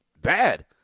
bad